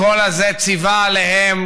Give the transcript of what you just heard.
הקול הזה ציווה עליהם,